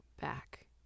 back